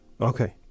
Okay